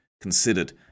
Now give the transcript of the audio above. considered